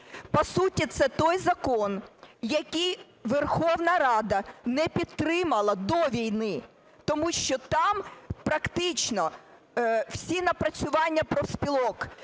По суті, це той закон, який Верховна Рада не підтримала до війни, тому що там практично всі напрацювання профспілок,